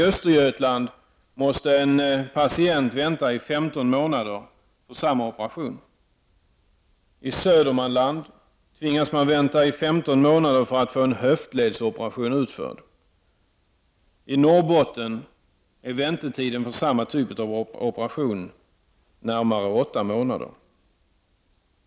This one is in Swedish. I Östergötland måste en patient vänta i 15 månader för samma typ av operation. I Södermanland tvingas man vänta i 15 månader för att få en höftledsoperation utförd. I Norrbotten är väntetiden för samma typ av operation närmare 8 månader.